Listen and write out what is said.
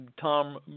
Tom